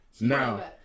now